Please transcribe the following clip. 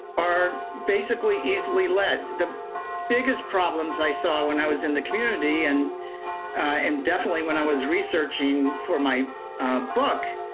are basically easily lead. the biggest problems i saw when i was in the community, and definitely definitely when i was researching for my book,